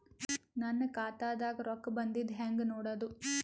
ನನ್ನ ಖಾತಾದಾಗ ರೊಕ್ಕ ಬಂದಿದ್ದ ಹೆಂಗ್ ನೋಡದು?